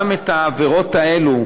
גם את העבירות האלה,